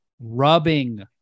rubbing